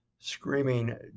screaming